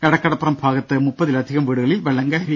എടക്കടപ്പുറം ഭാഗത്ത് മുപ്പതിലധികം വീടുകളിൽ വെള്ളം കയറി